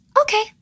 Okay